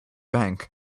bank